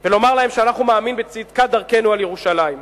ולומר להם שאנחנו מאמינים בצדקת דרכנו לגבי ירושלים.